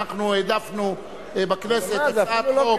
אנחנו העדפנו בכנסת הצעת חוק -- אבל,